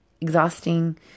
exhausting